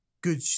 good